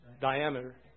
diameter